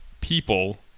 people